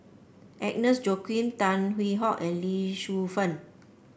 Agnes Joaquim Tan Hwee Hock and Lee Shu Fen